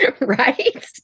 Right